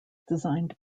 designed